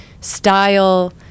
style